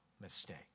mistake